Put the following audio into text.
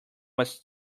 was